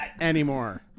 anymore